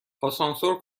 آسانسور